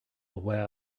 aware